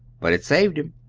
but it saved him.